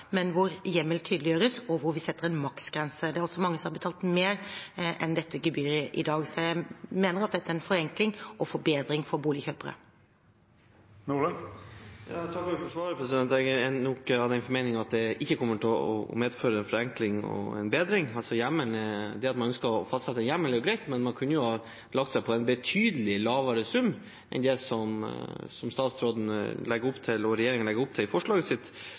men hvor hjemmel tydeliggjøres, og hvor vi setter en maksgrense. Det er mange som har betalt mer enn dette gebyret i dag. Så jeg mener at dette er en forenkling og en forbedring for boligkjøpere. Jeg takker for svaret. Jeg er nok av den formening at dette ikke kommer til å medføre en forenkling og en bedring. Det at man ønsker å fastsette hjemmel er jo greit, men man kunne lagt seg på en betydelig lavere sum enn det statsråden og regjeringen legger opp til i forslaget sitt.